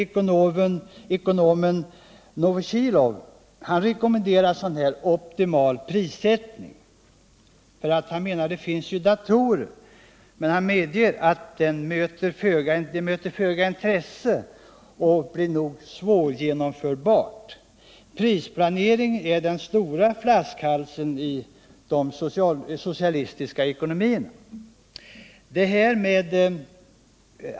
Ekonomen Novozhilov t.ex. rekommenderar sådan här optimal prissättning och pekar på att det finns datorer. Men han medger att det möter föga intresse och nog blir svårgenomförbart. Prisplancering är den stora flaskhalsen i de socialistiska ekonomierna.